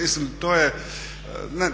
mislim to je,